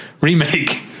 remake